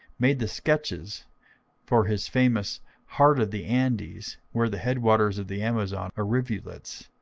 made the sketches for his famous heart of the andes where the headwaters of the amazon are rivulets.